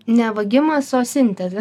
ne vagimas o sintezė